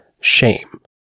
shame